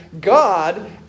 God